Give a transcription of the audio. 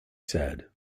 said